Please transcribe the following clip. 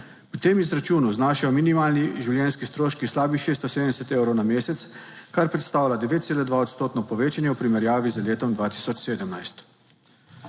Pri tem izračunu znašajo minimalni življenjski stroški slabih 670 evrov na mesec, kar predstavlja 9,2 odstotno povečanje v primerjavi z letom 2017.